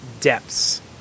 depths